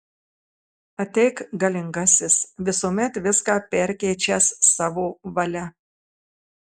ateik galingasis visuomet viską perkeičiąs savo valia